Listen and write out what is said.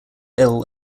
ill